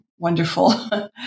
wonderful